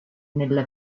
nella